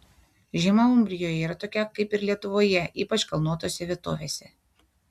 žiema umbrijoje yra tokia kaip ir lietuvoje ypač kalnuotose vietovėse